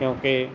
ਕਿਉਂਕਿ